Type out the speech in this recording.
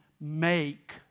make